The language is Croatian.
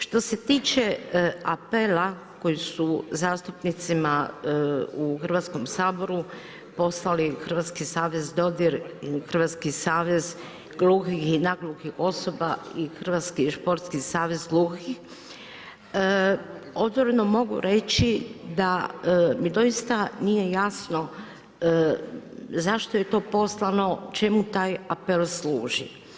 Što se tiče apela koji su zastupnicima u Hrvatskom saboru, poslali Hrvatski savez dodir i Hrvatski savez gluhih i nagluhih osoba i Hrvatski športski savez gluhih, otvoreno mogu reći da mi doista nije jasno, zašto je to poslano, čemu taj apel služi?